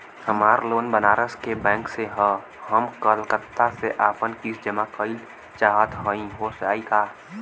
हमार लोन बनारस के बैंक से ह हम कलकत्ता से आपन किस्त जमा कइल चाहत हई हो जाई का?